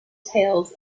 tales